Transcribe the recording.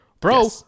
bro